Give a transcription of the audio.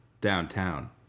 downtown